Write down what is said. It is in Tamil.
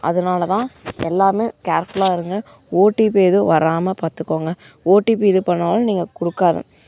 அதனாலதான் எல்லாமே கேர்ஃபுல்லாக இருங்க ஓடிபி எதுவும் வராமல் பார்த்துக்கோங்க ஓடிபி இது பண்ணிணாலும் நீங்கள் குடுக்காதிங்க